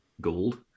gold